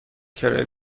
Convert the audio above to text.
کرایه